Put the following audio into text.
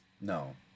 No